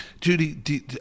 Judy